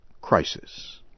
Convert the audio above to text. crisis